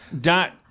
dot